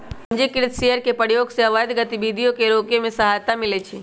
पंजीकृत शेयर के प्रयोग से अवैध गतिविधियों के रोके में सहायता मिलइ छै